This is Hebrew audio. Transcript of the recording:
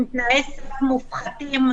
עם תנאי סף מופחתים,